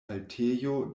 haltejo